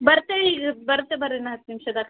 ಬರುತ್ತೆ ಈ ಬರುತ್ತೆ ಬರ್ರೀ ಇನ್ನೂ ಹತ್ತು ನಿಮ್ಷದಾಗ